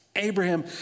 Abraham